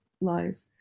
live